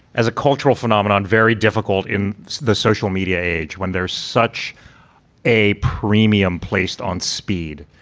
as a cultural phenomenon, very difficult in the social media age when there such a premium placed on speed.